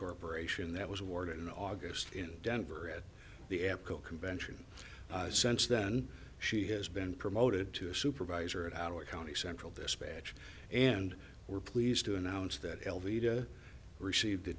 corporation that was awarded in august in denver at the echo convention sense than she has been promoted to a supervisor at our county central dispatch and we're pleased to announce that l v to receive